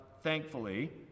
thankfully